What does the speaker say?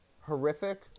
Horrific